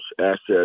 assets